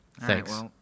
Thanks